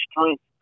strength